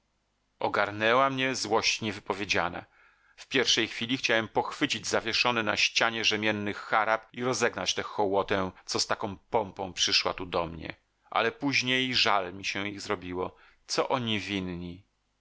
ogarnęła mnie złość niewypowiedziana w pierwszej chwili chciałem pochwycić zawieszony na ścianie rzemienny harap i rozegnać tę hołotę co z taką pompą przyszła tu do mnie ale później żal mi się ich zrobiło co oni winni